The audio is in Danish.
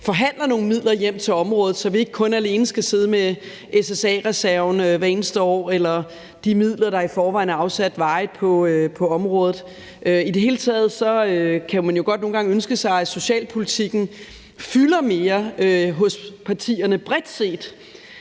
forhandler nogle midler hjem til området, så vi ikke kun skal sidde med SSA-reserven hvert eneste år eller de midler, der i forvejen er afsat varigt på området. I det hele taget kunne man godt nogle gange ønske sig, at socialpolitikken fyldte mere hos partierne bredt set,